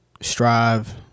strive